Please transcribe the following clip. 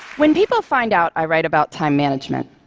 when people find out i write about time management,